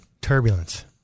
turbulence